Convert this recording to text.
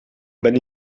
ben